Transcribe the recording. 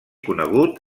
conegut